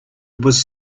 was